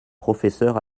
professeur